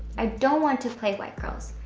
i don't want to play white girls,